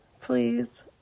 please